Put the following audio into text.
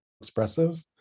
expressive